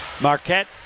Marquette